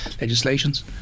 legislations